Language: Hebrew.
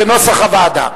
כנוסח הוועדה.